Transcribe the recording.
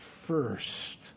first